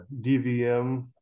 DVM